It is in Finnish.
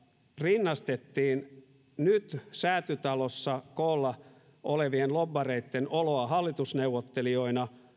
rinnastettiin nyt säätytalossa koolla olevien lobbareitten oloa hallitusneuvottelijoina